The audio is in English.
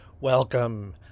Welcome